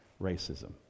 racism